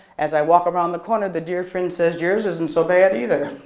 as i walk around the corner, the dear friend says yours isn't so bad either.